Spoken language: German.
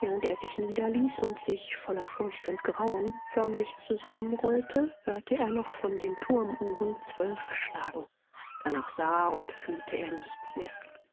während er sich niederließ und sich voller furcht und grauen förmlich zusammenrollte hörte er noch von den turmuhren zwölf schlagen danach sah und fühlte er nichts mehr